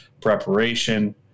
preparation